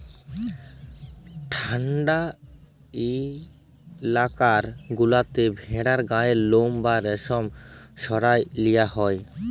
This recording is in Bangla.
ঠাল্ডা ইলাকা গুলাতে ভেড়ার গায়ের লম বা রেশম সরাঁয় লিয়া হ্যয়